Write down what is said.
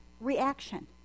reaction